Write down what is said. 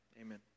amen